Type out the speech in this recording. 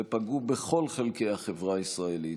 ופגעו בכל חלקי החברה הישראלית.